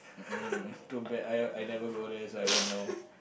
mm too bad I I never go there so I won't know